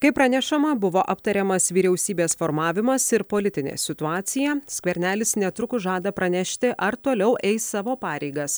kaip pranešama buvo aptariamas vyriausybės formavimas ir politinė situacija skvernelis netrukus žada pranešti ar toliau eis savo pareigas